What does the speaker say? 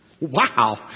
Wow